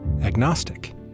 agnostic